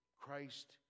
Christ